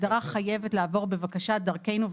ההגדרה חייבת לעבור בבקשה דרכנו,